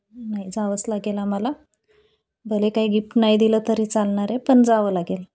नाही जावंच लागेल आम्हाला भले काही गिफ्ट नाही दिलं तरी चालणार आहे पण जावं लागेल